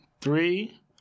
Three